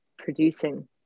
Producing